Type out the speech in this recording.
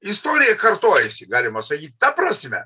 istorija kartojasi galima sakyt ta prasme